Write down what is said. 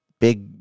Big